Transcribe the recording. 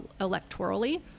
electorally